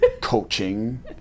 coaching